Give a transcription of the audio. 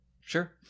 Sure